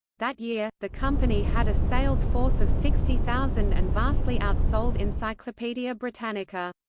that year, the company had a sales force of sixty thousand and vastly outsold encyclopedia britannica.